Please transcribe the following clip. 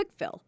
Quickfill